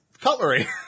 cutlery